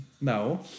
no